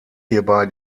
hierbei